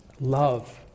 love